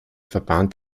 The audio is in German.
verband